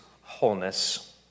wholeness